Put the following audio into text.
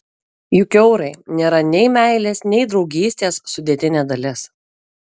juk eurai nėra nei meilės nei draugystės sudėtinė dalis